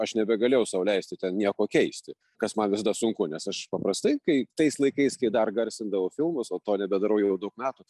aš nebegalėjau sau leisti ten nieko keisti kas man visada sunku nes aš paprastai kai tais laikais kai dar garsindavau filmus o to nebedarau jau daug metų